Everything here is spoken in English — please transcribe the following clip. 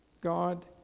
God